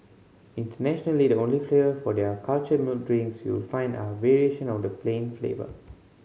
internationally the only flavour for their cultured milk drinks you will find are variation of the plain flavour